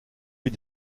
vis